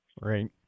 Right